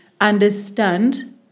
understand